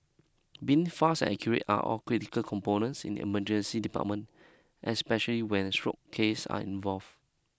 being fast and accurate are all critical components in emergency department especially when stroke cases are involved